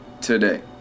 today